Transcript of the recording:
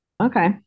Okay